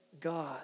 God